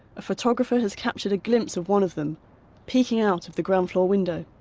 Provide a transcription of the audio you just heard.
a photographer has captured a glimpse of one of them peeking out of the ground floor window.